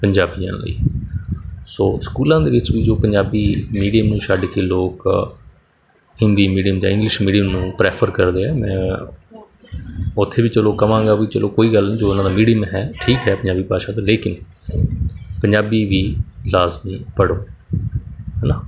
ਪੰਜਾਬੀਆਂ ਲਈ ਸੋ ਸਕੂਲਾਂ ਦੇ ਵਿੱਚ ਵੀ ਜੋ ਪੰਜਾਬੀ ਮੀਡੀਅਮ ਨੂੰ ਛੱਡ ਕੇ ਲੋਕ ਹਿੰਦੀ ਮੀਡੀਅਮ ਜਾਂ ਇੰਗਲਿਸ਼ ਮੀਡੀਅਮ ਨੂੰ ਪ੍ਰੈਫਰ ਕਰਦੇ ਆ ਮੈਂ ਉੱਥੇ ਵੀ ਚਲੋ ਕਹਾਂਗਾ ਵੀ ਚਲੋ ਕੋਈ ਗੱਲ ਨਹੀਂ ਜੋ ਉਹਨਾਂ ਦਾ ਮੀਡੀਅਮ ਹੈ ਠੀਕ ਹੈ ਪੰਜਾਬੀ ਭਾਸ਼ਾ ਦਾ ਲੇਕਿਨ ਪੰਜਾਬੀ ਵੀ ਲਾਜ਼ਮੀ ਪੜ੍ਹੋ ਹੈ ਨਾ